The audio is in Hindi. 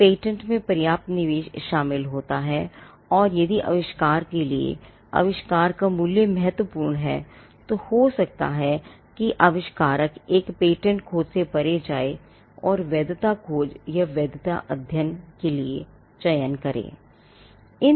एक पेटेंट में पर्याप्त निवेश शामिल होता है और यदि आविष्कारक के लिए आविष्कार का मूल्य महत्वपूर्ण है तो हो सकता है कि आविष्कारक एक पेटेंट खोज से परे जाए और वैधता खोज या वैधता अध्ययन के लिए चयन करें